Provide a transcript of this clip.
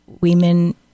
women